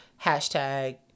hashtag